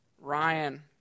Ryan